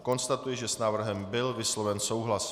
Konstatuji, že s návrhem byl vysloven souhlas.